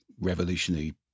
revolutionary